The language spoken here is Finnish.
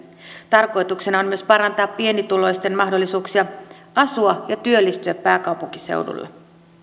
tarkoituksena on myös parantaa pienituloisten mahdollisuuksia asua ja työllistyä pääkaupunkiseudulla myös